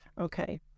Okay